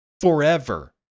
forever